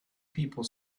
people